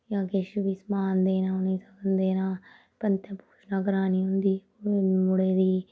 जां किश बी समान देना उ'नेंगी सगन देना पंतै पूजना करानी होंदी मुड़े दी